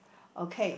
okay